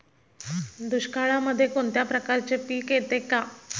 दुष्काळामध्ये कोणत्या प्रकारचे पीक येते का?